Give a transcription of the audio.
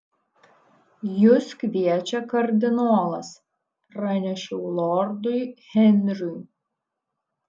jus kviečia kardinolas pranešiau lordui henriui